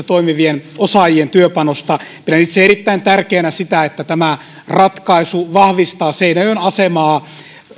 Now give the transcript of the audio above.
toimivien osaajien työpanosta pidän itse erittäin tärkeänä sitä että tämä ratkaisu vahvistaa seinäjoen asemaa